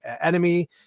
enemy